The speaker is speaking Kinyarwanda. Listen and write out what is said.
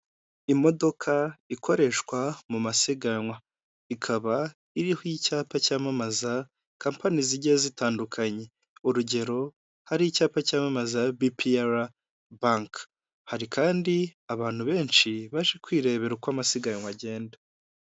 Ihahiro ririmo ibicuruzwa byinshi bitandukanye, hakubiyemo ibyoku kurya urugero nka biswi, amasambusa, amandazi harimo kandi n'ibyo kunywa nka ji, yahurute n'amata.